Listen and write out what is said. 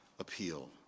appeal